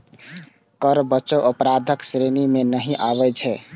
कर बचाव अपराधक श्रेणी मे नहि आबै छै